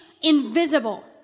invisible